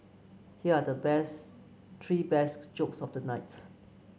here are the best three best jokes of the night